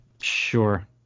Sure